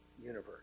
universe